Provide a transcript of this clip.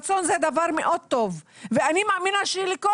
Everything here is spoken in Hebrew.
רצון זה דבר מאוד טוב ואני מאמינה שלכל